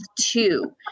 two